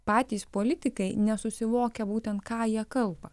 patys politikai nesusivokia būtent ką jie kalba